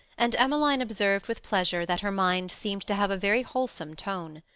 and emmeline observed with pleasure that her mind seemed to have a very wholesome tone.